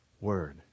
word